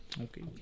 Okay